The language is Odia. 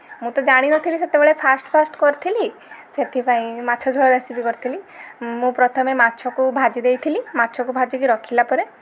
ମୁଁ ତ ଜାଣିନଥିଲି ସେତେବେଳେ ଫାର୍ଷ୍ଟ ଫାର୍ଷ୍ଟ କରଥିଲି ସେଥିପାଇଁ ମାଛଝୋଳ ରେସିପି କରଥିଲି ମୁଁ ପ୍ରଥମେ ମାଛକୁ ଭାଜି ଦେଇଥିଲି ମାଛକୁ ଭାଜିକି ରଖିଲା ପରେ